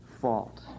fault